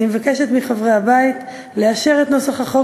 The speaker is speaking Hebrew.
ואני מבקשת מחברי הבית לאשר את נוסח החוק